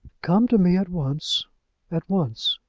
come to me at once at once.